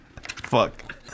Fuck